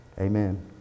Amen